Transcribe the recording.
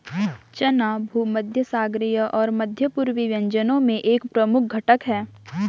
चना भूमध्यसागरीय और मध्य पूर्वी व्यंजनों में एक प्रमुख घटक है